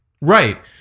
Right